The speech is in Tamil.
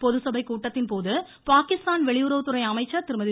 பொதுசபைக் கூட்டத்தின் போது பாகிஸ்தான் வெளியுறவுத்துறை அமைச்சர் திருமதி